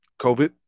COVID